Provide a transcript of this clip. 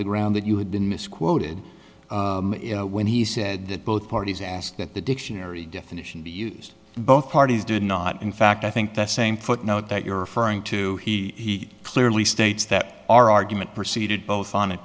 the ground that you had been misquoted when he said that both parties asked that the dictionary definition be used both parties did not in fact i think that same footnote that you're referring to he clearly states that our argument proceeded both on a